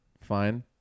fine